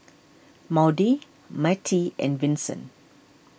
Maude Mattie and Vinson